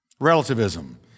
Relativism